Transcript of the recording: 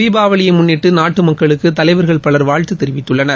தீபாவளியை முன்னிட்டு நாட்டு மக்களுக்கு தலைவர்கள் பலர் வாழ்த்து தெரிவித்துள்ளனர்